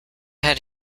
had